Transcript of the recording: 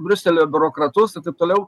briuselio biurokratus ir taip toliau